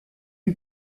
lui